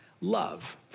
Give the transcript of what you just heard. love